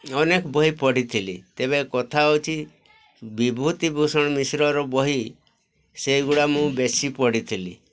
ଅନେକ ବହି ପଢ଼ିଥିଲି ତେବେ କଥା ହେଉଛି ବିଭୂତି ଭୂଷଣ ମିଶ୍ରର ବହି ସେଗୁଡ଼ା ମୁଁ ବେଶୀ ପଢ଼ିଥିଲି